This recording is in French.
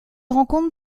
rencontre